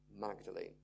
Magdalene